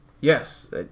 Yes